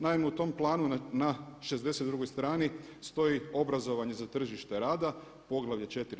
Naime, u tom planu na 62 strani stoji obrazovanje za tržište rada poglavlje IV.